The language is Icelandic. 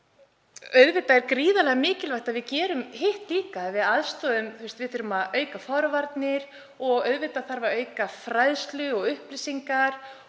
Auðvitað er gríðarlega mikilvægt að við gerum hitt líka, við þurfum að auka forvarnir og auðvitað þarf að auka fræðslu og upplýsingar